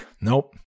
nope